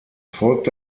folgte